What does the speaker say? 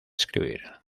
escribir